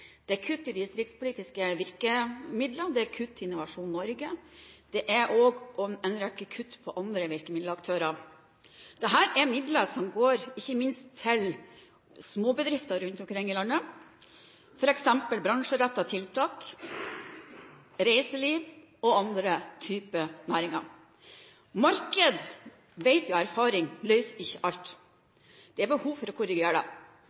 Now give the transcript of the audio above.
Det er kutt i de distriktspolitiske virkemidlene, kutt i Innovasjon Norge og en rekke kutt for andre virkemiddelaktører. Dette er midler som ikke minst går til småbedrifter rundt omkring i landet, f.eks. bransjerettede tiltak, reiseliv og andre typer næringer. Marked, vet vi av erfaring, løser ikke alt. Det er behov for å korrigere det.